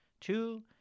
Two